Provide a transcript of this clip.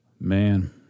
Man